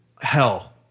hell